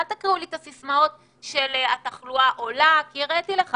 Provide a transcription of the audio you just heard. אל תקריאו לי סיסמאות על זה שהתחלואה עולה כי הראיתי לך